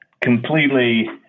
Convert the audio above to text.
completely